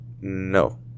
No